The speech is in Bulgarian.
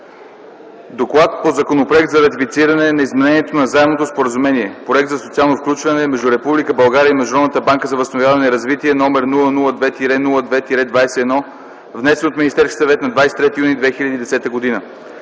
„ДОКЛАД по Законопроект за ратифициране на Изменението на Заемното споразумение (Проект за социално включване) между Република България и Международната банка за възстановяване и развитие № 002-02-21, внесен от Министерския съвет на 23 юни 2010 г.